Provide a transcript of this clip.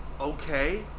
okay